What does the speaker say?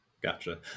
Gotcha